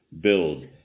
build